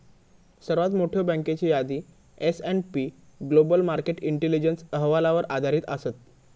सर्वात मोठयो बँकेची यादी S and P global market intelligence अहवालावर आधारित असत